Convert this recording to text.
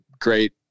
great